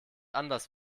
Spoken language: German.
anders